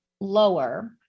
lower